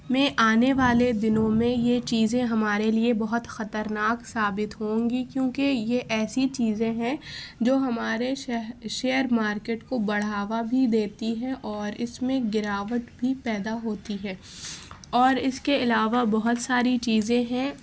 میں آنے والے دنوں میں یہ چیزیں ہمارے لیے بہت خطرناک ثابت ہوں گی کیونکہ یہ ایسی چیزیں ہیں جو ہمارے شیئر مارکیٹ کو بڑھاوا بھی دیتی ہیں اور اس میں گراوٹ بھی پیدا ہوتی ہے اور اس کے علاوہ بہت ساری چیزیں ہیں